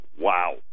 Wow